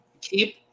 keep